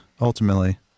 ultimately